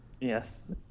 Yes